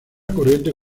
corriente